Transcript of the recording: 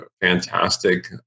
fantastic